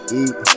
eat